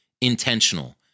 intentional